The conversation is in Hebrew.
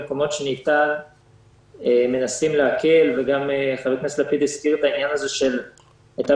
במקומות שניתן מנסים להקל וגם הזכירו שהייתה